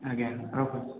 ଆଜ୍ଞା ରଖୁଛି